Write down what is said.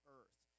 earth